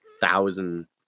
thousand